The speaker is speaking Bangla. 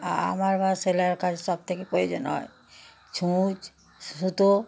আমার আবার সেলাইয়ের কাজ সব থেকে প্রয়োজন হয় সূচ সুতো